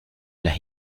las